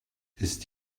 ist